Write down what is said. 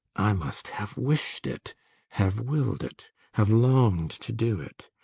i must have wished it have willed it have longed to do it.